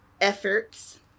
efforts